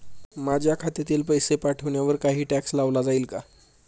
माझ्या खात्यातील पैसे पाठवण्यावर काही टॅक्स लावला जाईल का?